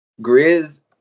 Grizz